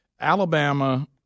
Alabama